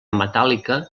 metàl·lica